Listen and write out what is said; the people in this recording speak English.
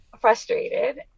frustrated